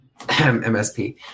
MSP